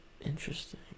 Interesting